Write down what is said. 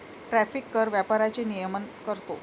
tariff कर व्यापाराचे नियमन करतो